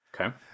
Okay